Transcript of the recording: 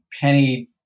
penny